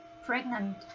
pregnant